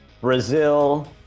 Brazil